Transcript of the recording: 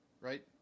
right